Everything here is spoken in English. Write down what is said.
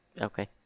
okay